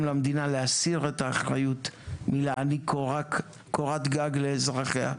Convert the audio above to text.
למדינה להסיר את האחריות מלהעניק קורת גג לאזרחיה.